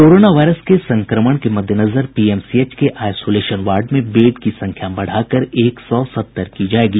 corona virus के संक्रमण के मद्देनजर पीएमसीएच के आइसोलेशन वार्ड में बेड की संख्या बढ़ा कर एक सौ सत्तर की जायेगी